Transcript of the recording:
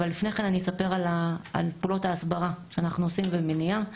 אבל לפני כן אני אספר על פעולות ההסברה שאנחנו עושים ועל מניעה.